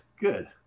good